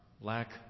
lack